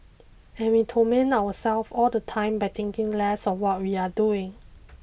and we torment ourselves all the time by thinking less of what we are doing